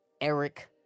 Eric